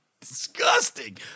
disgusting